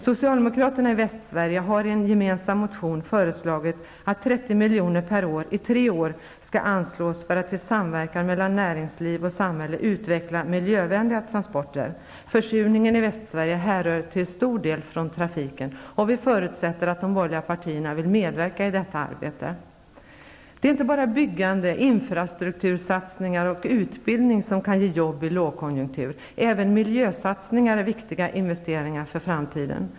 Socialdemokraterna i Västsverige har i en gemensam motion föreslagit att 30 milj.kr. per år i tre år skall anslås för att i samverkan mellan näringsliv och samhälle utveckla miljövänliga transporter. Försurningen i Västsverige härrör till stor del från trafiken, och vi förutsätter att de borgerliga partierna vill medverka i detta arbete. Det är inte bara byggande, infrastruktursatsningar och utbildning som kan ge jobb i lågkonjunktur. Även miljösatsningar är viktiga investeringar för framtiden.